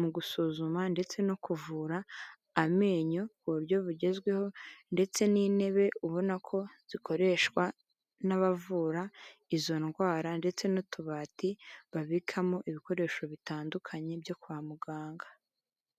mu gusuzuma ndetse no kuvura amenyo ku buryo bugezweho, ndetse n'intebe ubona ko zikoreshwa n'abavura izo ndwara, ndetse n'utubati babikamo ibikoresho bitandukanye, byo kwa muganga.